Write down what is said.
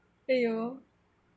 then you'll